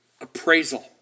appraisal